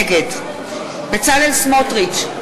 נגד בצלאל סמוטריץ,